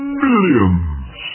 millions